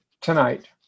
tonight